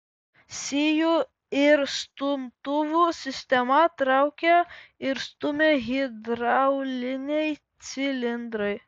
sijų ir stumtuvų sistemą traukia ir stumia hidrauliniai cilindrai